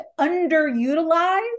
underutilized